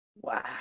Wow